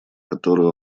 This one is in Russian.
которую